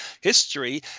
history